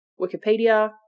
Wikipedia